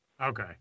Okay